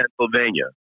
Pennsylvania